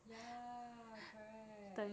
ya correct